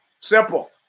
Simple